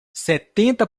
setenta